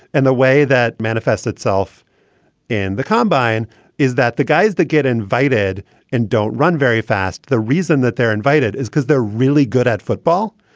and the way that manifest itself in the combine is that the guys that get invited and don't run very fast. the reason that they're invited is because they're really good at football.